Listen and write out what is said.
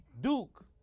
Duke